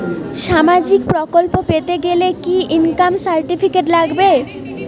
সামাজীক প্রকল্প পেতে গেলে কি ইনকাম সার্টিফিকেট লাগবে?